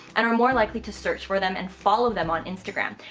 and are more likely to search for them and follow them on instagram.